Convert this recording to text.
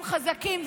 הם חזקים.